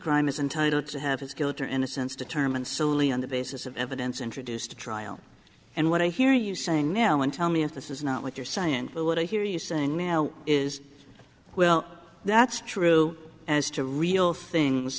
crime is entitled to have his guilt or innocence determined solely on the basis of evidence introduced at trial and what i hear you saying now and tell me if this is not what you're saying but what i hear you saying now is well that's true as to real things